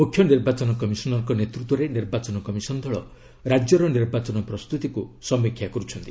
ମୁଖ୍ୟ ନିର୍ବାଚନ କମିଶନରଙ୍କ ନେତୃତ୍ୱରେ ନିର୍ବାଚନ କମିଶନ ଦଳ ରାଜ୍ୟର ନିର୍ବାଚନ ପ୍ରସ୍ତୁତିକୁ ସମୀକ୍ଷା କରୁଛନ୍ତି